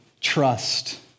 trust